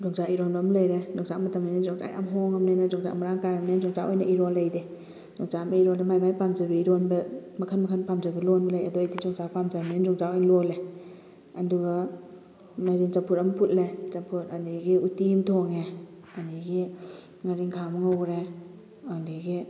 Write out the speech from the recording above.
ꯌꯣꯡꯆꯥꯛ ꯏꯔꯣꯝꯕ ꯑꯃ ꯂꯩꯔꯦ ꯌꯣꯡꯆꯥꯛ ꯃꯇꯝꯅꯤꯅ ꯌꯣꯡꯆꯥꯛꯁꯦ ꯌꯥꯝ ꯍꯣꯡꯉꯕꯅꯤꯅ ꯌꯣꯡꯆꯥꯛ ꯃꯔꯥꯡ ꯀꯥꯏꯔꯕꯅꯤꯅ ꯌꯣꯡꯆꯥꯛ ꯑꯣꯏꯅ ꯏꯔꯣꯜꯂꯦ ꯑꯩꯗꯤ ꯌꯣꯡꯆꯥꯛ ꯑꯃ ꯏꯔꯣꯜꯂꯦ ꯃꯥꯏ ꯃꯥꯏ ꯄꯥꯝꯖꯕꯤ ꯏꯔꯣꯟꯕ ꯃꯈꯟ ꯃꯈꯟ ꯄꯥꯝꯖꯕ ꯂꯣꯟꯕ ꯂꯩ ꯑꯗꯣ ꯑꯩꯗꯤ ꯌꯣꯡꯆꯥꯛ ꯄꯥꯝꯖꯕꯅꯤꯅ ꯌꯣꯡꯆꯥꯛ ꯑꯣꯏꯅ ꯂꯣꯜꯂꯦ ꯑꯗꯨꯒ ꯃꯥꯏꯔꯦꯟ ꯆꯝꯐꯨꯠ ꯑꯃ ꯐꯨꯠꯂꯦ ꯆꯝꯐꯨꯠ ꯑꯗꯒꯤ ꯎꯇꯤ ꯑꯃ ꯊꯣꯡꯉꯦ ꯑꯗꯒꯤ ꯉꯥꯔꯤꯟꯈꯥ ꯑꯃ ꯉꯧꯔꯦ ꯑꯗꯒꯤ